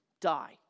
die